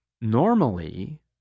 Normally